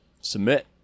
Submit